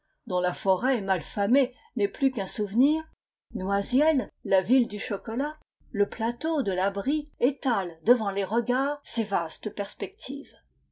dont la forêt mal famée n'est plus qu'un souvenir noisiel la ville du chocolat le plateau de la brie étale devant les regards ses vastes perspectives